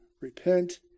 repent